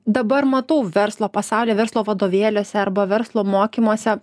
dabar matau verslo pasaulį verslo vadovėliuose arba verslo mokymuose